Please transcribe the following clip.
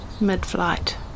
mid-flight